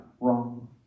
wrong